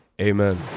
Amen